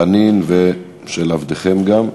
חנין, ושל עבדכם גם.